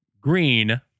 Green